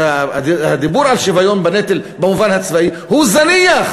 הדיבור על שוויון בנטל במובן הצבאי הוא זניח